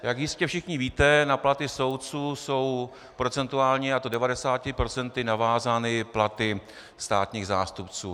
Jak jistě všichni víte, na platy soudců jsou procentuálně, a to 90 %, navázány platy státních zástupců.